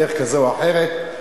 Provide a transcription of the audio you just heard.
בדרך כזו או אחרת,